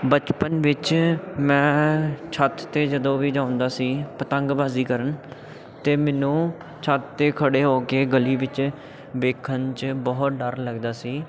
ਬਚਪਨ ਵਿੱਚ ਮੈਂ ਛੱਤ 'ਤੇ ਜਦੋਂ ਵੀ ਜਾਂਦਾ ਸੀ ਪਤੰਗਬਾਜ਼ੀ ਕਰਨ ਅਤੇ ਮੈਨੂੰ ਛੱਤ 'ਤੇ ਖੜ੍ਹੇ ਹੋ ਕੇ ਗਲੀ ਵਿੱਚ ਵੇਖਣ 'ਚ ਬਹੁਤ ਡਰ ਲੱਗਦਾ ਸੀ